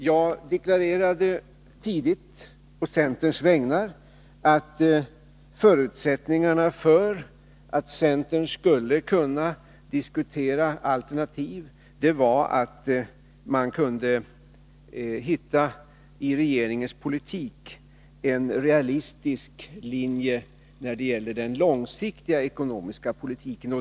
Jag deklarerade tidigt på centerns vägnar att förutsättningarna för att centern skulle kunna diskutera alternativ var att man i regeringens politik kunde hitta en realistisk linje när det gäller den långsiktiga ekonomiska politiken.